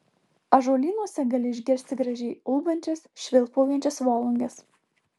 ąžuolynuose gali išgirsti gražiai ulbančias švilpaujančias volunges